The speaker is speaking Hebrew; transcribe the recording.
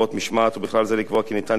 ובכלל זה לקבוע כי ניתן יהיה להעמיד מתווכים